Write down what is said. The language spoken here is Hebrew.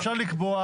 אפשר לקבוע